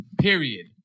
Period